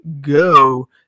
go